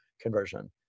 conversion